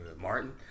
Martin